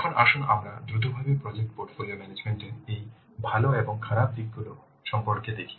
এখন আসুন আমরা দ্রুতভাবে প্রজেক্ট পোর্টফোলিও ম্যানেজমেন্ট এর এই ভাল এবং খারাপ দিকগুলি সম্পর্কে দেখি